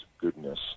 goodness